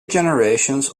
generations